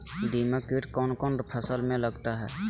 दीमक किट कौन कौन फसल में लगता है?